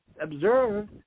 observe